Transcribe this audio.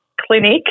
clinic